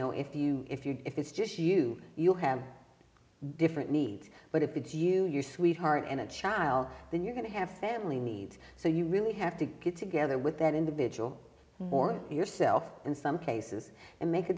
know if you if you're if it's just you you have different needs but if it's you your sweetheart and a child then you're going to have family need so you really have to get together with that individual more yourself in some cases and make a